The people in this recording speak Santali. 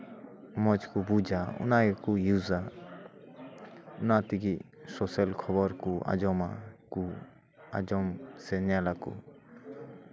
ᱢᱚᱡᱽ ᱠᱚ ᱵᱩᱡᱟ ᱚᱱᱟ ᱜᱮᱠᱚ ᱤᱭᱩᱡᱟ ᱚᱱᱟ ᱛᱮᱜᱮ ᱥᱳᱥᱟᱞ ᱠᱷᱚᱵᱚᱨ ᱠᱚ ᱟᱸᱡᱚᱢᱟ ᱟᱨᱠᱚ ᱟᱸᱡᱚᱢ ᱥᱮᱠᱚ ᱧᱮᱞ ᱟᱠᱚ